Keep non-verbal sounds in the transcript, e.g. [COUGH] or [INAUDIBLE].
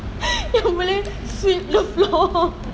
[LAUGHS] yang boleh sweep the floor